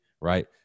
right